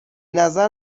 نظر